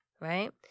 right